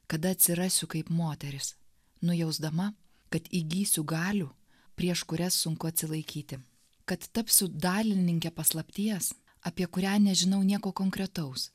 kada atsirasiu kaip moteris nujausdama kad įgysiu galių prieš kurias sunku atsilaikyti kad tapsiu dalininke paslapties apie kurią nežinau nieko konkretaus